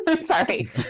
Sorry